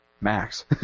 Max